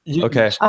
Okay